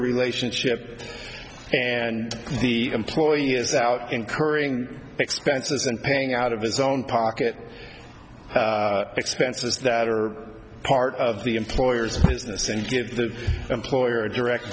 relationship and the employee is out incurring expenses and paying out of his own pocket expenses that are part of the employer's business and give the employer direct